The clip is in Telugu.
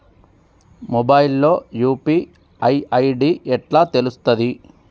మొబైల్ లో యూ.పీ.ఐ ఐ.డి ఎట్లా తెలుస్తది?